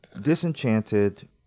Disenchanted